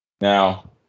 Now